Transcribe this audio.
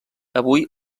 avui